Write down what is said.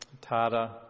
Tata